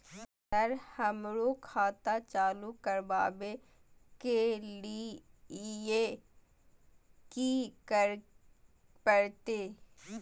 Sir हमरो खाता चालू करबाबे के ली ये की करें परते?